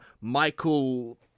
Michael